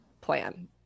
plan